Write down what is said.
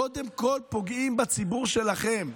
קודם כול פוגעים בציבור שלכם.